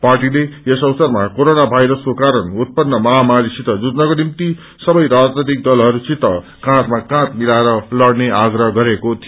पार्टीले यस अवसरमा कोरोना वायरसको कारण उतपन्न महामारीसित जुझ्नको निम्ति सबै राजनैतिक दलहरूसित काँधमा काँध मिलाएर लड़ने आग्रह गरेको थियो